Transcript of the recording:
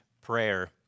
prayer